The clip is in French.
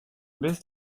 baisse